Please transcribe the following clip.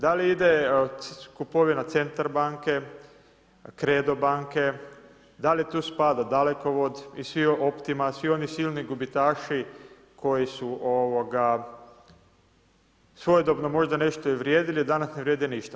Da li ide kupovina Centar banke, Kredo banke, da li tu spada Dalekovod, Optima i svi oni silni gubitaši koji su svojedobno možda nešto i vrijedili danas ne vrijede ništa?